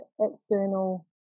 external